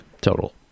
total